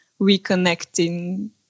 reconnecting